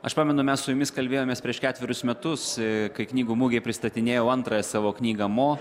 aš pamenu mes su jumis kalbėjomės prieš ketverius metus kai knygų mugėj pristatinėjau antrąją savo knygą mo